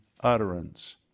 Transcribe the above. utterance